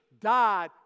died